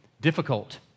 difficult